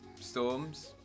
storms